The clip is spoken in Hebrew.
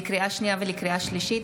לקריאה שנייה ולקריאה שלישית,